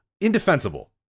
Indefensible